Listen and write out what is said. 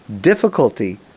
difficulty